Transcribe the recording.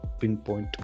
pinpoint